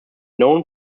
known